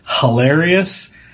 hilarious